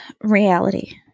Reality